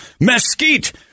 mesquite